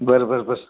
बरं बरं बरं